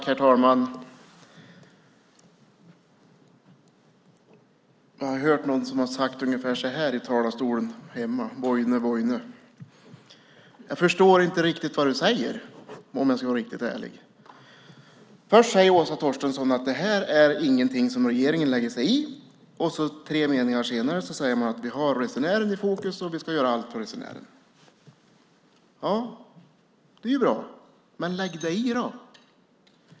Herr talman! Jag har hört någon som har sagt ungefär så här i talarstolen hemma: Vojne, vojne! Jag förstår inte riktigt vad ministern säger, om jag ska vara riktigt ärlig. Först säger Åsa Torstensson att det här är ingenting som regeringen lägger sig i. Tre meningar senare säger hon att det är resenären som ska vara i fokus, man ska göra allt för resenärerna. Det är bra, men lägg dig i då!